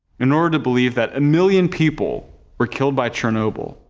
in order to believe that a million people were killed by chernobyl,